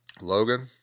Logan